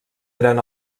eren